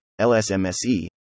LSMSE